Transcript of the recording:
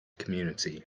community